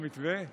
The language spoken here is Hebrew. המתווה של,